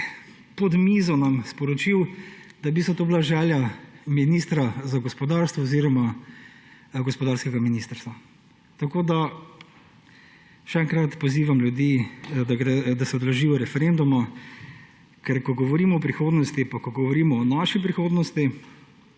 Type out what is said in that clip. pod mizo nam sporočil, da je v bistvu to bila želja ministra za gospodarstvo oziroma gospodarskega ministrstva. Še enkrat pozivam ljudi, da se udeležijo referenduma, ker ko govorimo o prihodnosti pa ko govorimo o naši prihodnosti,